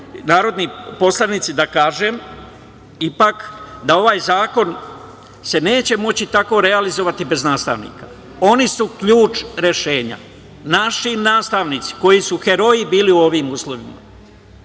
narodni poslanici, dozvolite da kažem da se ipak ovaj zakon neće moći tako realizovati bez nastavnika. Oni su ključ rešenja. Naši nastavnici, koji su heroji bili u ovim uslovima,